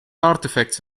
artifacts